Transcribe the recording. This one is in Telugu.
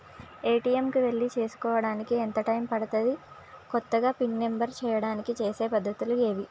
ఏ.టి.ఎమ్ కు వెళ్లి చేసుకోవడానికి ఎంత టైం పడుతది? కొత్తగా పిన్ నంబర్ చేయడానికి చేసే పద్ధతులు ఏవి?